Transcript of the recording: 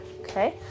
Okay